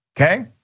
okay